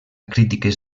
crítiques